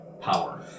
power